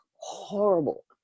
horrible